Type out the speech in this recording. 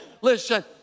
listen